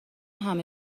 همه